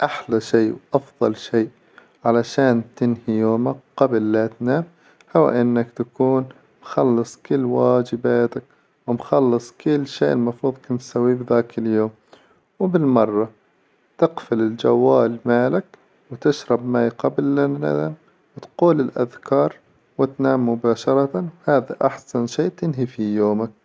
أحلى شي وأفظل شي علشان تنهي يومك قبل لا تنام هو إنك تكون مخلص كل واجباتك ومخلص كل شيء المفروظ إنك تسويه ذاك اليوم وبالمرة تقفل الجوال مالك وتشرب ماي قبل لتنام وتقول الأذكار وتنام مباشرة وهذا أحسن شيء تنهي فيه يومك.